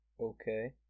Okay